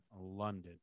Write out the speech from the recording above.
London